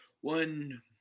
one